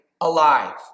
alive